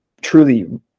truly